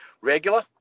regular